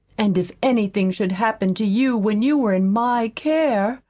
and if anything should happen to you when you were in my care